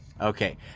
Okay